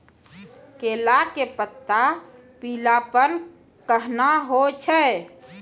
केला के पत्ता पीलापन कहना हो छै?